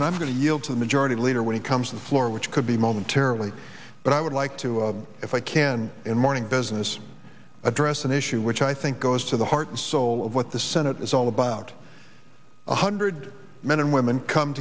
president going to yield to the majority leader when he comes to the floor which could be momentarily but i would like to if i can in morning business address an issue which i think goes to the heart and soul of what the senate is all about one hundred men and women come